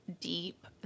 deep